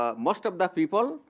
ah most of the people,